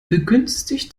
begünstigt